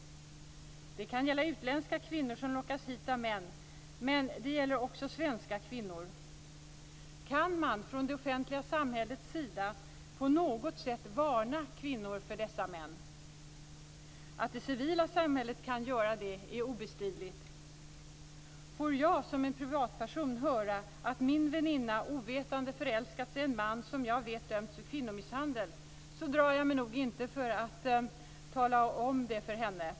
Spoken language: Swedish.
Det kan gälla utländska kvinnor som lockas hit av män. Men det gäller också svenska kvinnor. Kan man från det offentliga samhällets sida på något sätt varna kvinnor för dessa män? Att det civila samhället kan göra det är ju obestridligt. Får jag som privatperson höra att min väninna förälskat sig i en man som hon är ovetande om, men som jag vet, har dömts för kvinnomisshandel, drar jag mig nog inte för att tala om det för henne.